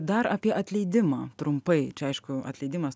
dar apie atleidimą trumpai čia aišku atleidimas